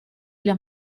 для